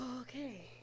Okay